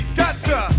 gotcha